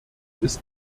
ist